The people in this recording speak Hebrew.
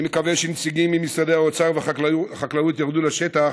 אני מקווה שנציגים ממשרדי האוצר והחקלאות ירדו לשטח